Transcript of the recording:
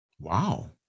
Wow